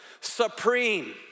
supreme